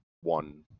one